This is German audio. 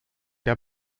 der